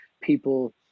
people